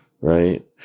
right